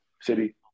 city